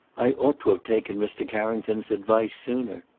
i ought to have taken mr. carrington's advice sooner.